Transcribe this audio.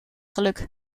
geluk